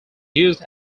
used